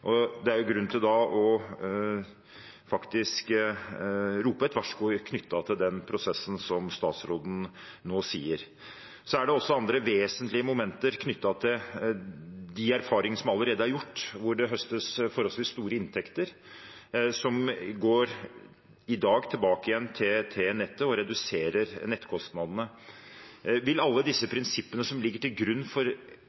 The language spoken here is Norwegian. Det er jo da grunn til faktisk å rope et varsku knyttet til den prosessen som statsråden nå snakker om. Så er det også andre vesentlige momenter knyttet til de erfaringer som allerede er gjort, hvor det høstes forholdsvis store inntekter, som i dag går tilbake igjen til nettet, og som reduserer nettkostnadene. Vil alle